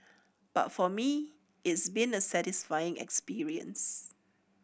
but for me it's been a satisfying experience